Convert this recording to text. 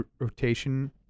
rotation